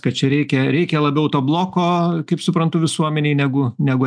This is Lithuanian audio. kad čia reikia reikia labiau to bloko kaip suprantu visuomenei negu negu